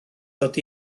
dod